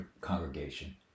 congregation